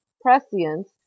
prescience